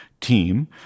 team